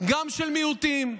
של מיעוטים,